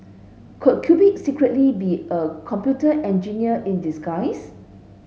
could Cupid secretly be a computer engineer in disguise